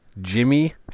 Jimmy